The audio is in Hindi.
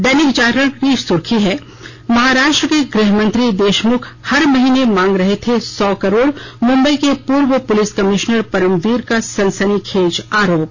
दैनिक जागरण की सुर्खी है महाराष्ट्र के गृह मंत्री देशमुख हर महीने मांग रहे थे सौ करोड़ मुम्बई के पूर्व पुलिस कमिशनर परमवीर का सनसनी खेज आरोप